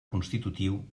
constitutiu